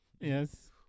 Yes